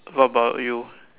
what about you